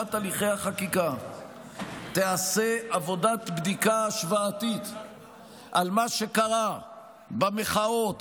להשלמת הליכי החקיקה תיעשה עבודת בדיקה השוואתית על מה שקרה במחאות